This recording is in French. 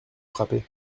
frappé